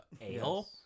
ale